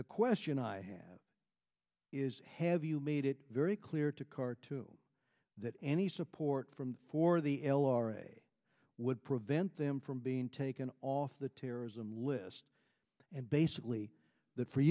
the question i have is have you made it very clear a car too that any support from for the l r a would prevent them from being taken off the terrorism list and basically